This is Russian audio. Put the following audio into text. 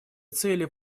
цели